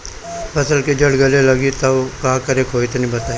फसल के जड़ गले लागि त का करेके होई तनि बताई?